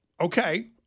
Okay